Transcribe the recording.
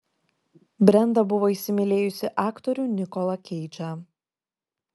brenda buvo įsimylėjusi aktorių nikolą keidžą